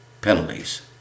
penalties